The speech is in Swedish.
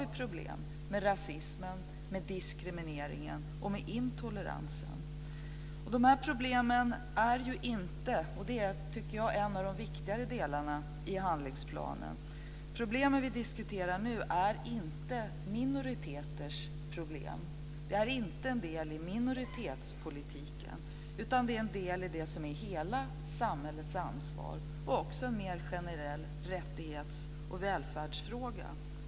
Vi har problem med rasismen, diskrimineringen och intoleransen. Det är en av de viktigare delarna i handlingsplanen. De problem vi nu diskuterar är inte minoriteters problem. Det är inte en del i minoritetspolitiken. Det är en del i det som är hela samhällets ansvar och också en mer generell rättighets och välfärdsfråga.